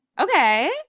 Okay